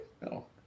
No